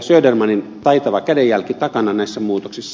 södermanin taitavan käden jälki takana näissä muutoksissa